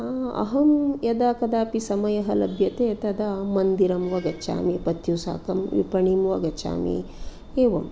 अहं यदा कदापि समयः लभ्यते तदा मन्दिरं वा गच्छामि पत्युः साकं विपणीं वा गच्छामि एवम्